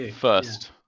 first